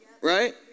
Right